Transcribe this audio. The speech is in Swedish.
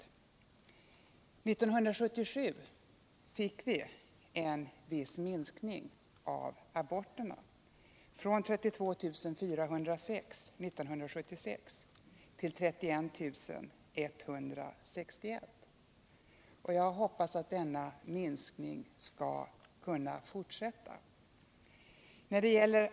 År 1977 fick vi en viss minskning av aborterna — från 32 406 år 1976 till 31 161. Jag hoppas att denna minskningstrend skall kunna fortsätta.